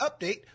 update